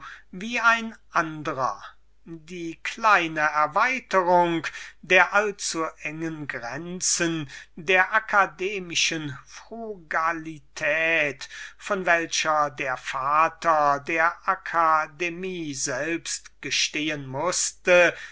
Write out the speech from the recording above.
wie ein andrer diese kleine erweiterung der allzuengen grenzen der akademischen frugalität von welcher der vater der akademie selbst gestehen mußte